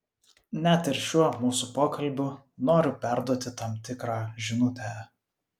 net ir šiuo mūsų pokalbiu noriu perduoti tam tikrą žinutę